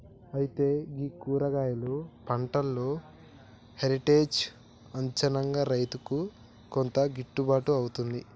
అయితే గీ కూరగాయలు పంటలో హెరిటేజ్ అచ్చినంక రైతుకు కొంత గిట్టుబాటు అవుతుంది